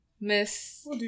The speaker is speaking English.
Miss